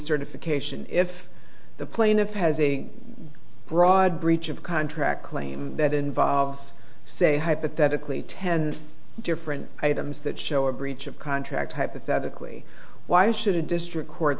certification if the plaintiff has a broad breach of contract claim that involves say hypothetically ten different items that show a breach of contract hypothetically why should a district court